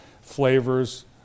flavors